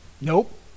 Nope